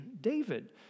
David